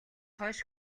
хойш